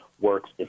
works